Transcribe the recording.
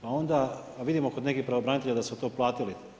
Pa onda vidimo kod nekih pravobranitelja da su to platili.